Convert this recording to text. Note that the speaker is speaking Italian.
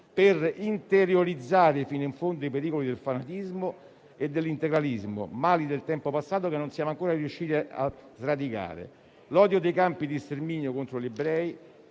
per interiorizzare fino in fondo i pericoli del fanatismo e dell'integralismo, mali del tempo passato che non siamo ancora riusciti a sradicare. L'odio dei campi di sterminio contro gli ebrei,